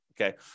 Okay